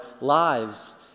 lives